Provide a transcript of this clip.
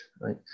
right